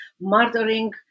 murdering